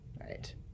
Right